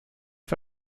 für